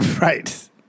Right